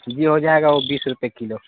جی ہو جائے گا وہ بیس روپئے کلو